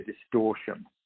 distortion